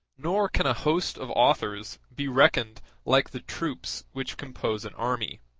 nor can a host of authors be reckoned like the troops which compose an army